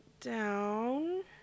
down